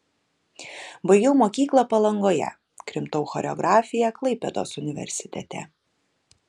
baigiau mokyklą palangoje krimtau choreografiją klaipėdos universitete